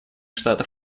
штатов